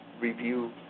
review